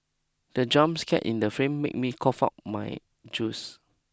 the jump scare in the film made me cough out my juice